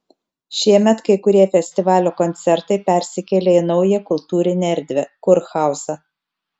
šiemet kai kurie festivalio koncertai persikėlė į naują kultūrinę erdvę kurhauzą